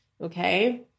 Okay